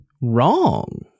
wrong